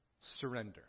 surrender